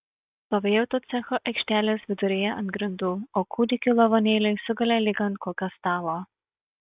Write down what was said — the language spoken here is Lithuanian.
stovėjau to cecho aikštelės viduryje ant grindų o kūdikių lavonėliai sugulė lyg ant kokio stalo